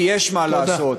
כי יש מה לעשות,